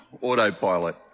autopilot